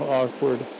awkward